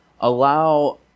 allow